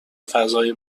فضای